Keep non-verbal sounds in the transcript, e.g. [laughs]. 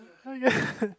ya [laughs]